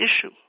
issue